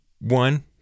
One